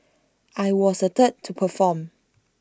I was the third to perform